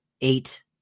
eight